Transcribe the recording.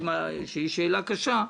שהיא שאלה קשה,